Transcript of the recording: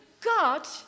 God